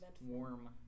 warm